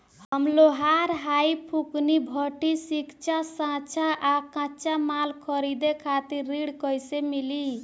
हम लोहार हईं फूंकनी भट्ठी सिंकचा सांचा आ कच्चा माल खरीदे खातिर ऋण कइसे मिली?